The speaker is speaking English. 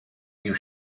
you